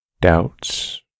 Doubts